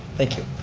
thank you.